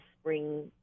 spring